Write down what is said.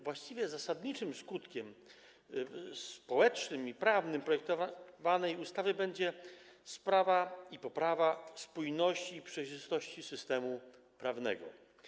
Właściwie zasadniczym skutkiem społecznym i prawnym projektowanej ustawy będzie sprawa i poprawa spójności i przejrzystości systemu prawnego.